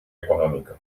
economică